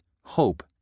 hope